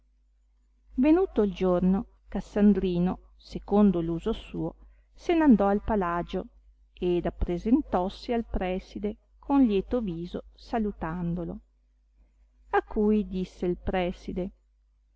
venuto il giorno cassandrino secondo l'uso suo se n andò al palagio ed appresentossi al preside con lieto viso salutandolo a cui disse il preside